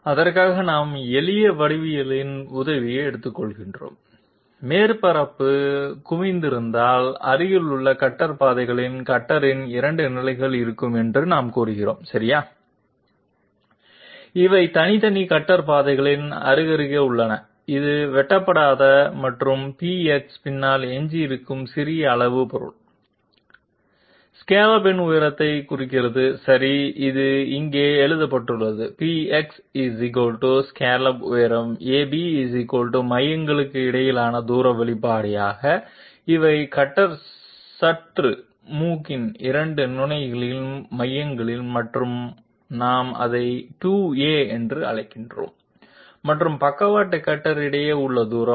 அதற்காக நாங்கள் எளிய வடிவவியலின் உதவியை எடுத்துக்கொள்கிறோம் மேற்பரப்பு குவிந்திருந்தால் அருகிலுள்ள கட்டர் பாதைகளில் கட்டரின் 2 நிலைகள் இருக்கும் என்று நாம் கூறுகிறோம் சரியா இவை தனித்தனி கட்டர் பாதைகளில் அருகருகே உள்ளன இது வெட்டப்படாத மற்றும் PX பின்னால் எஞ்சியிருக்கும் சிறிய அளவு பொருள் ஸ்காலப்பின் உயரத்தை குறிக்கிறது சரி அது இங்கே எழுதப்பட்டுள்ளது PX ஸ்காலப் உயரம் AB மையங்களுக்கு இடையிலான தூரம் வெளிப்படையாக இவை கட்டர் சுற்று மூக்கின் இரண்டு நிலைகளின் மையங்கள் மற்றும் நாம் அதை 2 A என்று அழைக்கிறோம் மற்றும் பக்கவாட்டு கட்டர் இடையே உள்ள தூரம்